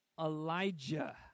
Elijah